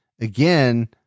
again